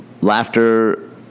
laughter